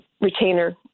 retainer